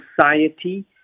Society